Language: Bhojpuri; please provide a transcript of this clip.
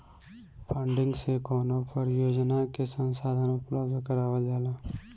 फंडिंग से कवनो परियोजना के संसाधन उपलब्ध करावल जाला